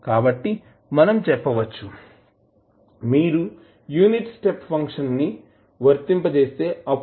కాబట్టి మనం చెప్పవచ్చు మీరు యూనిట్ స్టెప్ ఫంక్షన్ను వర్తింపజేస్తే అప్పుడు